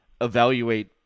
evaluate